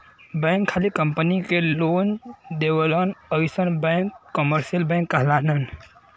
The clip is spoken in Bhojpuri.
बैंक खाली कंपनी के लोन देवलन अइसन बैंक कमर्सियल बैंक कहलालन